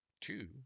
Two